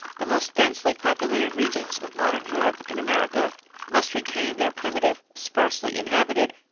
the most densely populated regions of modern europe and america must retain their primitive, sparsely inhabited,